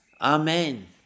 Amen